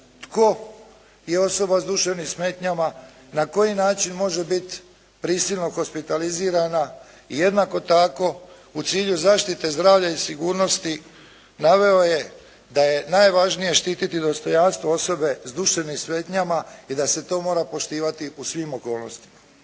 tko je osoba s duševnim smetnjama, na koji način može biti prisilno hospitalizirana i jednako tako u cilju zaštite zdravlja i sigurnosti naveo je da je najvažnije štititi dostojanstvo osobe s duševnim smetnjama i da se to mora poštivati u svim okolnostima.